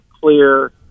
clear